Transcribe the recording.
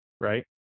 right